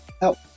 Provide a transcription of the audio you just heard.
help